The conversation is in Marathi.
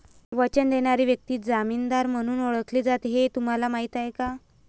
वचन देणारी व्यक्ती जामीनदार म्हणून ओळखली जाते हे तुम्हाला माहीत आहे का?